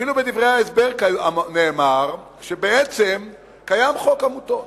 אפילו בדברי ההסבר נאמר שבעצם קיים חוק עמותות,